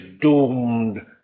doomed